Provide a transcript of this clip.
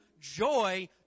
joy